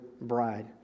bride